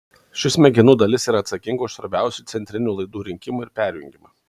ši smegenų dalis yra atsakinga už svarbiausių įcentrinių laidų rinkimą ir perjungimą